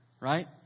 Right